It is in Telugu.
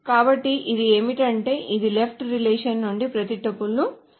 కాబట్టి అది ఏమిటంటే ఇది లెఫ్ట్ రిలేషన్ నుండి ప్రతి టుపుల్ను నిలుపుకుంటుంది